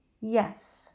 Yes